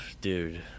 dude